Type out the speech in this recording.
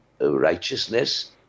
righteousness